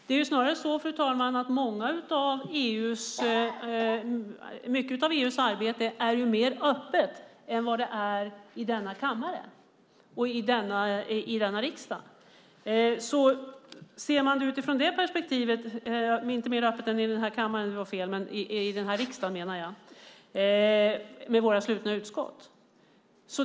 Det är snarare så att mycket av EU:s arbete är mer öppet än vad det är i denna riksdag med våra slutna utskott.